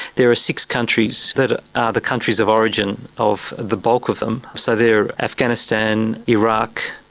there are six countries that are the countries of origin of the bulk of them, so they are afghanistan, iraq,